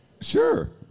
Sure